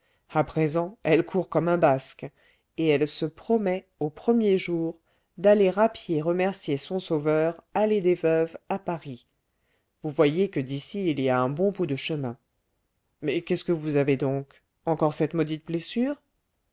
à présent elle court comme un basque et elle se promet au premier jour d'aller à pied remercier son sauveur allée des veuves à paris vous voyez que d'ici il y a un bon bout de chemin mais qu'est-ce que vous avez donc encore cette maudite blessure